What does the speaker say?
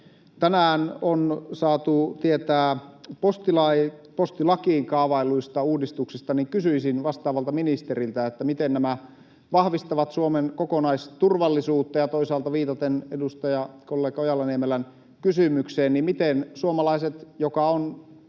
tänään on saatu tietää postilakiin kaavailluista uudistuksista, niin kysyisin vastaavalta ministeriltä: Miten nämä vahvistavat Suomen kokonaisturvallisuutta? Ja toisaalta — viitaten edustajakollega Ojala-Niemelän kysymykseen — miten suomalaiset, jotka